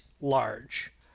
large